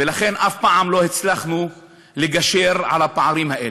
ולכן אף פעם לא הצלחנו לגשר על הפערים האלה.